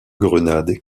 grenade